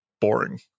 boring